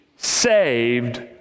saved